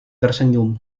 tersenyum